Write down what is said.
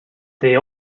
they